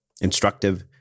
instructive